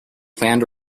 planned